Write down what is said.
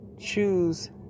choose